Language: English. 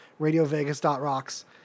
RadioVegas.rocks